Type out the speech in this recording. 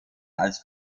als